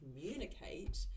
communicate